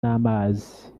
n’amazi